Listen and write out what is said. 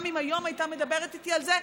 גם אם היום הייתה מדברת איתי על זה,